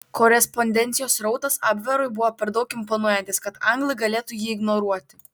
korespondencijos srautas abverui buvo per daug imponuojantis kad anglai galėtų jį ignoruoti